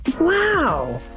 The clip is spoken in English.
Wow